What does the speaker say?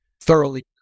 thoroughly